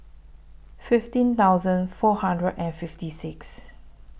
fifteen thousand four hundred and fifty six